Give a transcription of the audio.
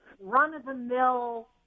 run-of-the-mill